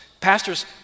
Pastors